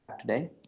today